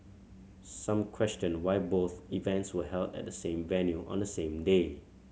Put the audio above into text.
some questioned why both events were held at the same venue on the same day